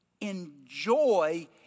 enjoy